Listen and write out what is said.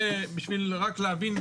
זה בשביל רק להבין.